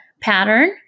pattern